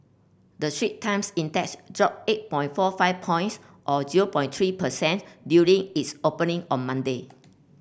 the Straits Times Index dropped eight forty five points or zero point three per cent during its opening on Monday